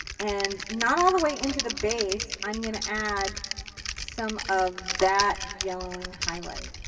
and, not all the way into the base, i'm going to add some of that yellowing highlight.